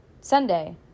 Sunday